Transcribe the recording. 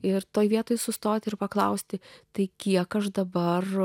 ir toje vietoj sustoti ir paklausti tai kiek aš dabar